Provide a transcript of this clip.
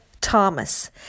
Thomas